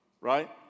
right